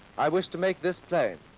i wish to make this plain.